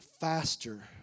faster